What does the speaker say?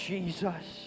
Jesus